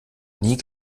nie